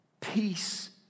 peace